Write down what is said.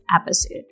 episode